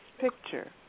picture